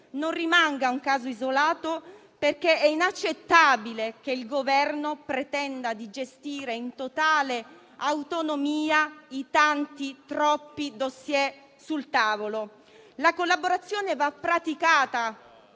non rimanga un caso isolato, perché è inaccettabile che il Governo pretenda di gestire in totale autonomia i tanti, troppi, *dossier* sul tavolo. La collaborazione va praticata